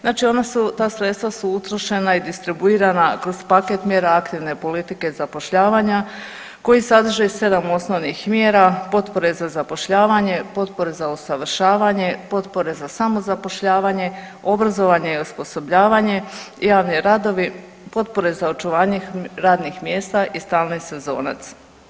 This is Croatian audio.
Znači ta sredstva su utrošena i distribuirana kroz paket mjera aktivne politike zapošljavanja koji sadrže sedam osnovnih mjera potpore za zapošljavanje, potpore za usavršavanje, potpore za samozapošljavanje, obrazovanje i osposobljavanje, javni radovi, potpore za očuvanje radnih mjesta i stalni sezonac.